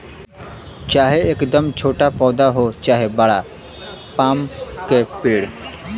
चाहे एकदम छोटा पौधा हो चाहे बड़ा पाम क पेड़